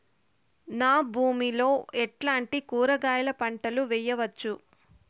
నా భూమి లో ఎట్లాంటి కూరగాయల పంటలు వేయవచ్చు?